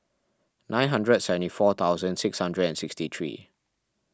nine hundred and seventy four thousand six hundred and sixty three